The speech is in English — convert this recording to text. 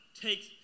takes